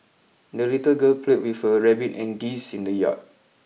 the little girl played with her rabbit and geese in the yard